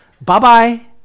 bye-bye